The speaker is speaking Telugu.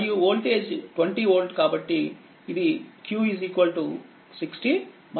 మరియువోల్టేజ్20 వోల్ట్ కాబట్టి ఇది q 60 మైక్రో కూలుంబ్స్